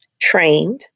trained